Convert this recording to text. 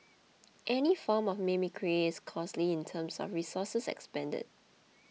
any form of mimicry is costly in terms of resources expended